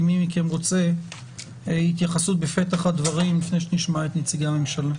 אם מי מכם רוצה התייחסות בפתח הדברים לפני שנשמע את נציגי הממשלה.